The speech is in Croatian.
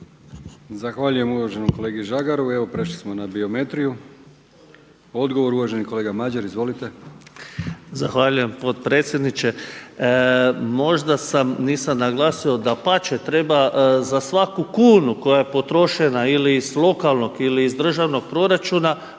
Zahvaljujem uvaženom kolegi Žagaru. Evo prešli smo na biometriju. Odgovor uvaženi kolega Madjer. Izvolite. **Madjer, Mladen (HSS)** Zahvaljujem potpredsjedniče. Možda sam, nisam naglasio, dapače, treba za svaku kunu koja je potrošena ili sa lokalnog ili iz državnog proračuna